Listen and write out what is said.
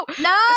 no